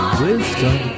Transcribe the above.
wisdom